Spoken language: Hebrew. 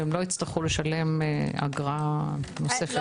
והם לא יצטרכו לשלם אגרה נוספת.